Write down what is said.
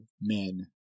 men